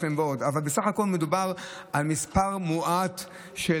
אבל בסך הכול מדובר על מספר מועט של